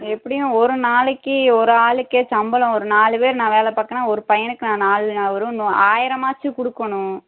எப்படியும் ஒரு நாளைக்கி ஒரு ஆளுக்கே சம்பளம் ஒரு நாலு பேர் நான் வேலைப் பாக்கறேன்னா ஒரு பையனுக்கு நான் நாள் வரும் நான் ஆயிரமாச்சும் கொடுக்கணும்